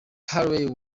paley